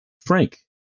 Frank